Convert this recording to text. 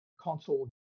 console